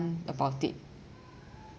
about it